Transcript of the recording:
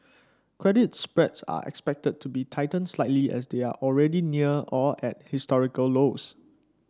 credit spreads are expected to be tightened slightly as they are already near or at historical lows